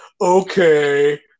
okay